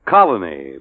Colony